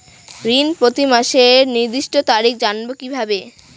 ঋণ প্রতিমাসের নির্দিষ্ট তারিখ জানবো কিভাবে?